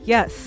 Yes